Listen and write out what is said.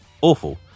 awful